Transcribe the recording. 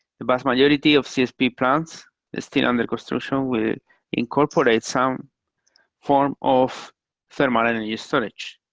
the vast majority of csp plants that's still under construction will incorporate some form of thermal energy storage,